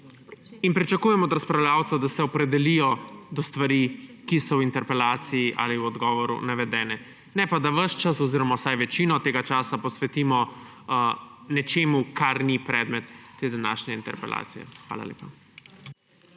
Pričakujem od razpravljavcev, da se opredelijo do stvari, ki so v interpelaciji ali v odgovoru navedene, ne pa, da ves čas oziroma vsaj večino tega časa posvetimo nečemu, kar ni predmet te današnje interpelacije. Hvala lepa.